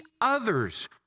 others